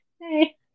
Hey